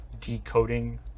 decoding